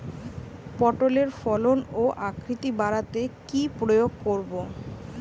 পটলের ফলন ও আকৃতি বাড়াতে কি প্রয়োগ করব?